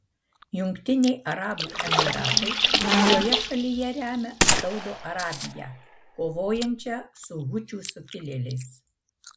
jungtiniai arabų emyratai šioje šalyje remia saudo arabiją kovojančią su hučių sukilėliais